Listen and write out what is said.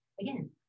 again